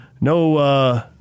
No